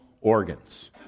organs